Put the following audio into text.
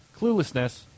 cluelessness